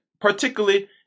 particularly